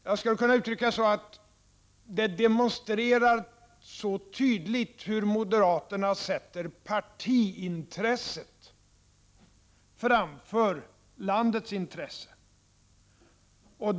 Jag skulle kunna uttrycka det så att det tydligt demonstrerar hur moderaterna sätter partiintresset framför landets intresse.